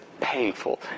painful